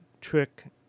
trick